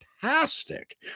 fantastic